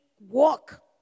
walk